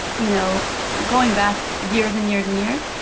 you know, going back years, and years and years.